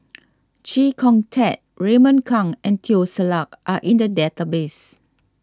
Chee Kong Tet Raymond Kang and Teo Ser Luck are in the database